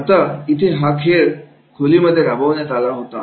आता इथे हा खेळ प्रशिक्षण खोलीमध्ये राबवण्यात आला होता